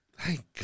thank